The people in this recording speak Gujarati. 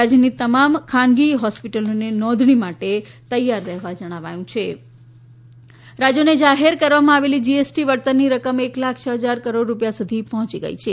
રાજ્યની તમામ ખાનગી હોસ્પિટલોને નોંધણી માટે તૈયાર રહેવા જણાવાયું હિં ફાયનાન્સ જીએસટી રાજ્યોને જાહેર કરવામાં આવેલ જીએસટી વળતરની રકમ એક લાખ છ ફજાર કરોડ રૂપિયા સુધી પર્હોંચી ગઈ છે